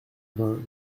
vingt